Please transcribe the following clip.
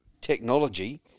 technology